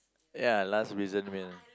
ya last prison meal